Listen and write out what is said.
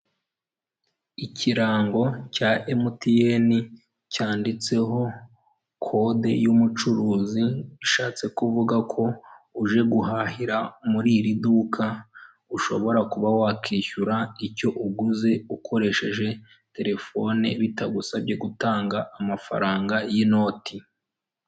Ikirango cya MTN cyanditseho kode y'umucuruzi, bishatse kuvuga ko uje guhahira muri iri duka, ushobora kuba wakwishyura icyo uguze ukoresheje terefone bitagusabye gutanga amafaranga y'inoti.